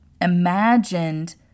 imagined